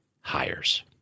hires